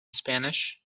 spanish